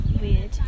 weird